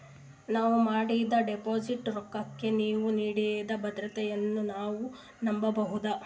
ನಾವು ಮಾಡಿದ ಡಿಪಾಜಿಟ್ ರೊಕ್ಕಕ್ಕ ನೀವು ನೀಡಿದ ಭದ್ರತೆಗಳನ್ನು ನಾವು ನಂಬಬಹುದಾ?